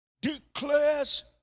declares